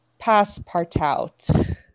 Passpartout